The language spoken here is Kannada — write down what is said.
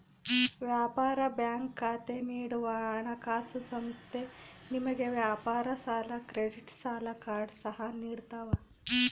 ವ್ಯಾಪಾರ ಬ್ಯಾಂಕ್ ಖಾತೆ ನೀಡುವ ಹಣಕಾಸುಸಂಸ್ಥೆ ನಿಮಗೆ ವ್ಯಾಪಾರ ಸಾಲ ಕ್ರೆಡಿಟ್ ಸಾಲ ಕಾರ್ಡ್ ಸಹ ನಿಡ್ತವ